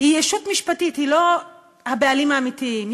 היא ישות משפטית, היא לא הבעלים האמיתיים.